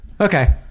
Okay